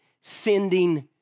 sending